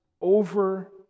over